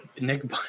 Nick